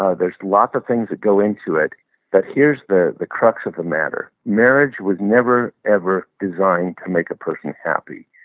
ah there's lots of things that go into it but here's the the crux of the matter. marriage was never ever designed to make a person happy.